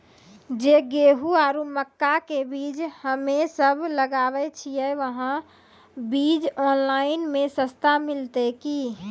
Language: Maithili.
जे गेहूँ आरु मक्का के बीज हमे सब लगावे छिये वहा बीज ऑनलाइन मे सस्ता मिलते की?